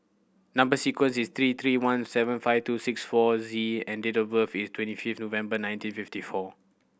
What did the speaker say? number sequence is three T one seven five two six four Z and date of birth is twenty fifth February nineteen fifty four